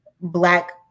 black